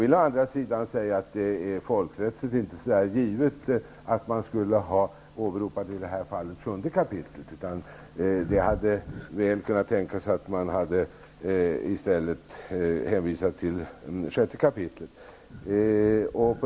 Däremot är det inte folkrättsligt givet att man i det här fallet skulle ha åberopat 7 kap. Man hade mycket väl kunnat tänka sig att i stället hänvisa till 6 kap.